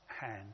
hand